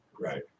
Right